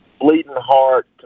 Bleeding-heart